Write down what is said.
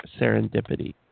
serendipity